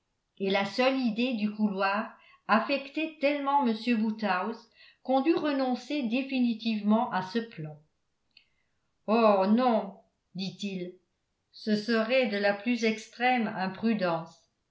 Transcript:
et la seule idée du couloir affectait tellement m woodhouse qu'on dut renoncer définitivement à ce plan oh non dit-il ce serait de la plus extrême imprudence